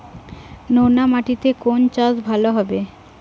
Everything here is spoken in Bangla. নোনা মাটিতে কোন চাষ ভালো হবে?